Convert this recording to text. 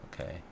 okay